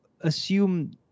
assume